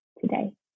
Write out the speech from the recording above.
today